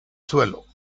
suelo